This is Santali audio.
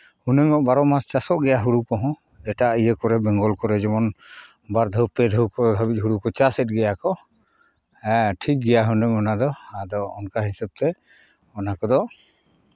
ᱩᱱᱟᱹᱜ ᱵᱟᱨᱚ ᱢᱟᱥ ᱪᱟᱥᱚᱜ ᱜᱮᱭᱟ ᱦᱩᱲᱩ ᱠᱚᱦᱚᱸ ᱮᱴᱟᱜ ᱤᱭᱟᱹ ᱠᱚᱨᱮ ᱵᱮᱝᱜᱚᱞ ᱠᱚᱨᱮ ᱡᱮᱢᱚᱱ ᱵᱟᱨ ᱫᱷᱟᱹᱣ ᱯᱮ ᱫᱷᱟᱹᱣ ᱫᱷᱟᱹᱵᱤᱡ ᱦᱩᱲᱩᱠᱚ ᱪᱟᱥᱮᱫ ᱜᱮᱭᱟ ᱠᱚ ᱦᱮᱸ ᱴᱷᱤᱠ ᱜᱮᱭᱟ ᱦᱩᱱᱟᱹᱝ ᱚᱱᱟᱫᱚ ᱟᱫᱚ ᱚᱱᱠᱟ ᱦᱤᱥᱟᱹᱵᱽ ᱛᱮ ᱚᱱᱟ ᱠᱚᱫᱚ